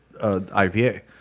IPA